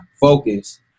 Focus